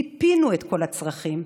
מיפינו את כל הצרכים,